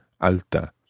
alta